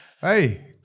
hey –